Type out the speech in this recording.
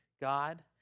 God